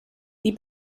die